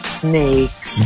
snakes